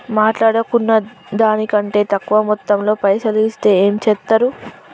మాట్లాడుకున్న దాని కంటే తక్కువ మొత్తంలో పైసలు ఇస్తే ఏం చేత్తరు?